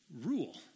rule